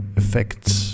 effects